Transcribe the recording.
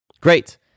Great